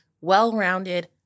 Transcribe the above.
well-rounded